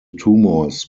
tumors